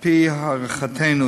על-פי הערכתנו,